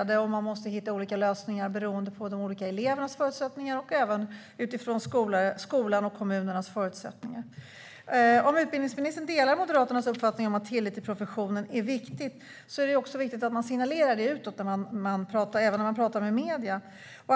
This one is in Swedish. undervisning, och man måste hitta olika lösningar beroende på elevernas förutsättningar och även utifrån skolans och kommunernas förutsättningar. Om utbildningsministern delar Moderaternas uppfattning att tillit till professionen är viktigt så är det angeläget att signalera det utåt, även när man pratar med medierna.